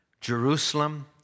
Jerusalem